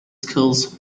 schools